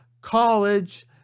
college